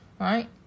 Right